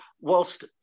whilst